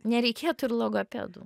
nereikėtų ir logopedų